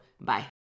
Bye